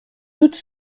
toute